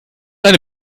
eine